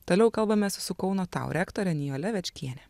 toliau kalbamės su kauno tau rektore nijole večkiene